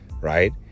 right